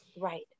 Right